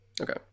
okay